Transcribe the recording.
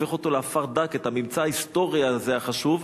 הופך אותו לעפר דק, את הממצא ההיסטורי הזה, החשוב.